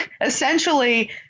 essentially